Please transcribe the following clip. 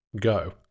Go